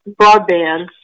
broadband